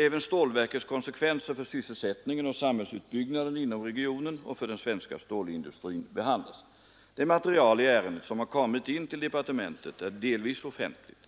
Även stålverkets konsekvenser för sysselsättningen och samhällsutbyggnaden inom regionen och för den svenska stålindustrin behandlas. Det material i ärendet som har kommit in till departementet är delvis offentligt.